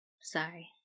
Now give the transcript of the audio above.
Sorry